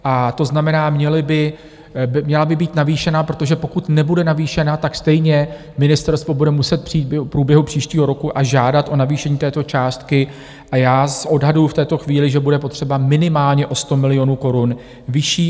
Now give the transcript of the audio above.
A to znamená, měla by být navýšena, protože pokud nebude navýšena, stejně ministerstvo bude muset přijít v průběhu příštího roku a žádat o navýšení této částky, a já odhaduju v této chvíli, že bude potřeba minimálně o 100 milionů korun vyšší.